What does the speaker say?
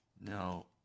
Now